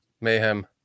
Mayhem